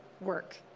work